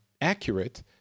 accurate